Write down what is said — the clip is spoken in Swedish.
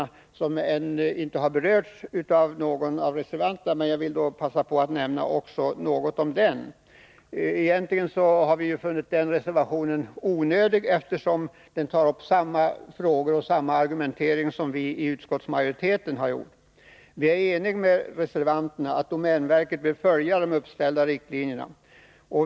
Den reservationen har ännu inte berörts av någon av reservanterna, men jag vill passa på att nämna något om den. Vi har funnit att reservationen är onödig, eftersom den tar upp samma frågor och samma argumentering som utskottsmajoriteten. Vi är eniga med reservanterna om att domänverket bör följa de uppställda riktlinjerna.